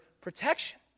protection